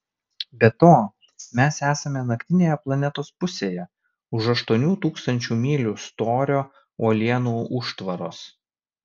be to mes esame naktinėje planetos pusėje už aštuonių tūkstančių mylių storio uolienų užtvaros